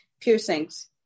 piercings